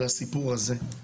על הסיפור הזה.